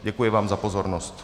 Děkuji vám za pozornost.